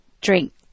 drink